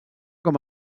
com